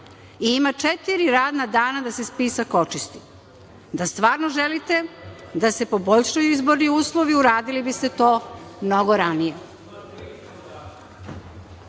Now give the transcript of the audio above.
i ima četiri radna dana da se spisak očisti. Da stvarno želite da se poboljšaju izborni uslovi, uradili biste to mnogo ranije. Šta